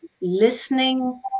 listening